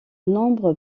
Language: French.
nombre